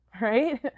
right